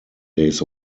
days